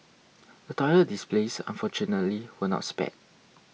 the toilet displays unfortunately were not spared